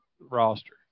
roster